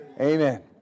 Amen